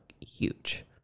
huge